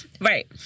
Right